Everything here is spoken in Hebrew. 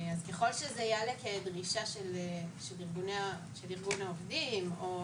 ככל שזה יעלה כדרישה של ארגון העובדים או